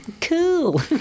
cool